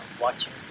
watching